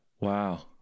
Wow